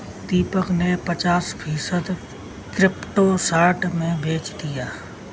दीपक ने पचास फीसद क्रिप्टो शॉर्ट में बेच दिया